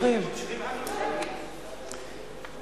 ממשיכים בחקיקה.